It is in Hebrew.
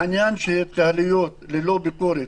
העניין של התקהלויות ללא ביקורת,